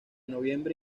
noviembre